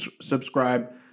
subscribe